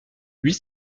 huit